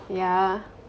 yeah